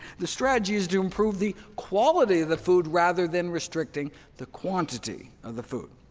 the strategy is to improve the quality of the food rather than restricting the quantity of the food.